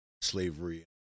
slavery